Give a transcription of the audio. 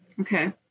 Okay